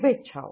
શુભેચ્છાઓ